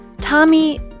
Tommy